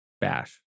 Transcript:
bash